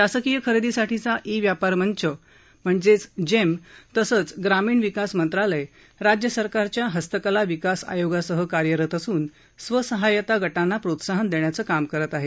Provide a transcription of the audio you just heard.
शासकीय खरेदीसाठीचा ई व्यापार मंच तसंच ग्रामीण विकास मंत्रालय राज्य सरकारच्या हस्तकला विकास आयोगासह कार्यरत असून स्वसहाय्यता गटांना प्रोत्साहन देण्याचं काम करत आहेत